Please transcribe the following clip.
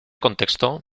contexto